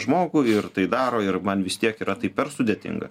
žmogų ir tai daro ir man vis tiek yra tai per sudėtinga